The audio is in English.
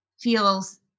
feels